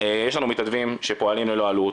יש לנו מתנדבים שפועלים ללא עלות,